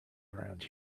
around